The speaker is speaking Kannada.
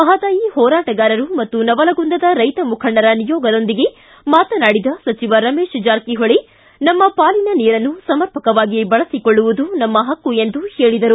ಮಹದಾಯಿ ಹೋರಾಟಗಾರರು ಮತ್ತು ನವಲಗುಂದದ ರೈತ ಮುಖಂಡರ ನಿಯೋಗದೊಂದಿಗೆ ಮಾತನಾಡಿದ ಸಚಿವ ರಮೇಶ್ ಜಾರಕಿಹೊಳಿ ನಮ್ಮ ಪಾಲಿನ ನೀರನ್ನು ಸಮರ್ಪಕವಾಗಿ ಬಳಸಿಕೊಳ್ಳುವುದು ನಮ್ಮ ಪಕ್ಕು ಎಂದು ಹೇಳದರು